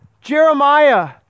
Jeremiah